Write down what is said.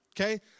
okay